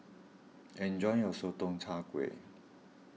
enjoy your Sotong Char Kway